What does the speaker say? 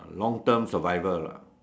long term survival lah